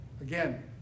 Again